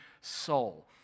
soul